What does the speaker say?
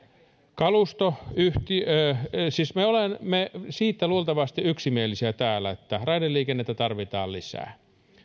me olemme täällä luultavasti yksimielisiä siitä että raideliikennettä tarvitaan lisää